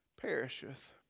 perisheth